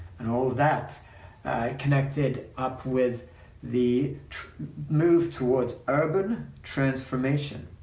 and all that connected up with the move towards urban transformation.